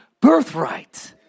birthright